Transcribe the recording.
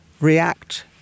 react